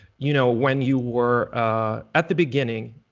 you know, when you were at the beginning,